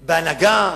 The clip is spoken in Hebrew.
בהנהגה,